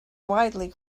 widely